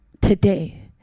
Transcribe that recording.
today